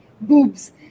boobs